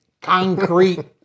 concrete